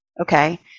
Okay